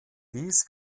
dies